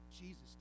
jesus